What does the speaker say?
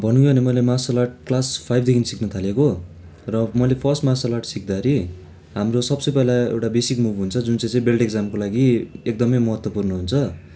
भनौँ नै भने मैले मार्सल आर्ट क्लास फाइभदेखि सिक्नु थालेको र मैले फर्स्ट मार्सल आर्ट सिक्दाखेरि हाम्रो सबसे पहिला एउटा बेसिक मुभ हुन्छ जुन चाहिँ चाहिँ बेल्ट इक्जामको लागि एकदमै महत्त्वपूर्ण हुन्छ